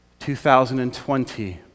2020